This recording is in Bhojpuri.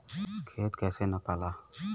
खेत कैसे नपाला?